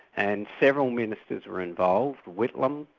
and several ministers were involved whitlam,